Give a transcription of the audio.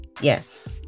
yes